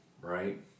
right